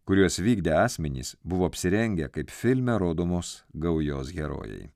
kuriuos vykdę asmenys buvo apsirengę kaip filme rodomos gaujos herojai